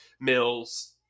Mills